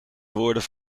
worden